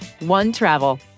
OneTravel